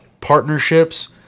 partnerships